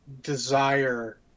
desire